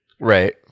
Right